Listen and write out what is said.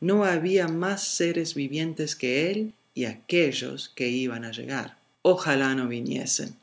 no había más seres vivientes que él y aquellos que iban a llegar ojalá no viniesen